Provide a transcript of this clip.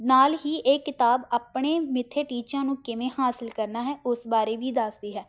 ਨਾਲ ਹੀ ਇਹ ਕਿਤਾਬ ਆਪਣੇ ਮਿੱਥੇ ਟੀਚਿਆਂ ਨੂੰ ਕਿਵੇਂ ਹਾਸਿਲ ਕਰਨਾ ਹੈ ਉਸ ਬਾਰੇ ਵੀ ਦੱਸਦੀ ਹੈ